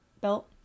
belt